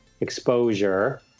exposure